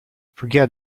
forget